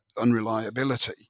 unreliability